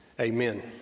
amen